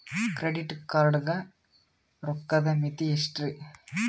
Credit card ಗ ರೋಕ್ಕದ್ ಮಿತಿ ಎಷ್ಟ್ರಿ?